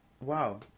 wow